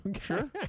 Sure